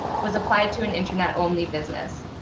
was applied to an internet-only business.